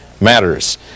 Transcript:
matters